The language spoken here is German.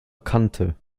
kante